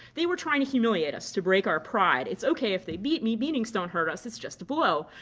they were trying to humiliate us to break our pride. it's ok if they beat me. beatings don't hurt us it's just a blow.